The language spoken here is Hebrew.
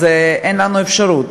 אז אין לנו אפשרות.